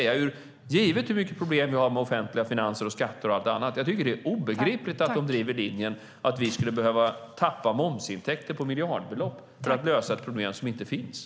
Givet hur mycket problem vi har med offentliga finanser, skatter och annat är det obegripligt att kommissionen driver linjen att vi skulle behöva tappa miljarder i momsintäkter för att lösa ett problem som inte finns.